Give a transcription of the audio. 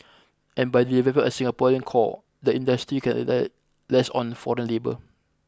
and by developing a Singaporean core the industry can rely less on foreign labour